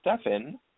Stefan